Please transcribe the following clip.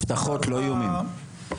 הבטחות לא איומים.